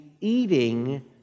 eating